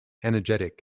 energetic